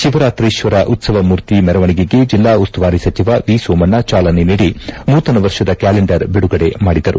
ಶಿವರಾತ್ರೀಕ್ಷರ ಉತ್ತವ ಮೂರ್ತಿ ಮೆರವಣಿಗೆಗೆ ಜಿಲ್ಲಾ ಉಸ್ತುವಾರಿ ಸಚಿವ ವಿಸೋಮಣ್ಣ ಚಾಲನೆ ನೀಡಿ ನೂತನ ವರ್ಷದ ಕ್ಕಾಲೆಂಡರ್ ಬಿಡುಗಡೆ ಮಾಡಿದರು